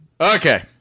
Okay